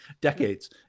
decades